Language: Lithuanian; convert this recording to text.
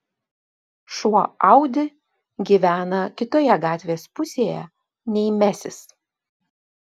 šuo audi gyvena kitoje gatvės pusėje nei mesis